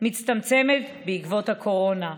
מצטמצמת בעקבות הקורונה.